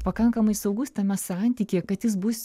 pakankamai saugus tame santykyje kad jis bus